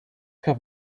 have